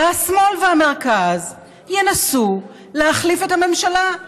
והשמאל והמרכז ינסו להחליף את הממשלה.